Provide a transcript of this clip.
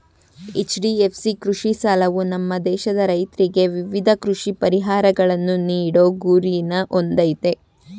HDFC ಕೃಷಿ ಸಾಲವು ನಮ್ಮ ದೇಶದ ರೈತ್ರಿಗೆ ವಿವಿಧ ಕೃಷಿ ಪರಿಹಾರಗಳನ್ನು ನೀಡೋ ಗುರಿನ ಹೊಂದಯ್ತೆ